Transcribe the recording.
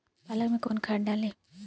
पालक में कौन खाद डाली?